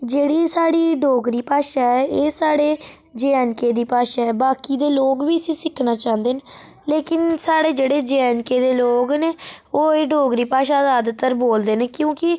जेह्ड़ी साढ़ी डोगरी भाशा ऐ एह् साढ़े जे एंड के दी भाशा ऐ बाकि दे लोग बी इस्सी सिक्खना चांह्दे न लेकन जेह्ड़े साढ़े जे एंड के दे लोग न ओह् एह् डोगरी भाशा जैदातर बोलदे न क्यूंकि